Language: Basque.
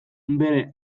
bere